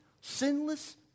sinless